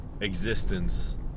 existence